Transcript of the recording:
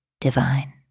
divine